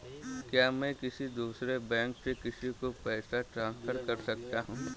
क्या मैं किसी दूसरे बैंक से किसी को पैसे ट्रांसफर कर सकता हूँ?